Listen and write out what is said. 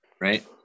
right